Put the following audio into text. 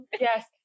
Yes